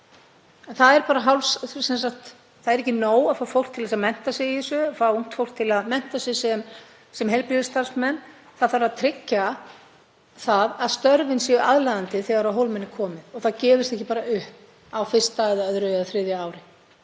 Það er ekki nóg að fá fólk til að mennta sig í þessu, að fá ungt fólk til að mennta sig sem heilbrigðisstarfsmenn, það þarf að tryggja að störfin séu aðlaðandi þegar á hólminn er komið og fólk gefist ekki bara upp á fyrsta eða öðru eða þriðja ári.